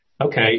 okay